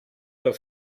the